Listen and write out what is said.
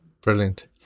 Brilliant